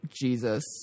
Jesus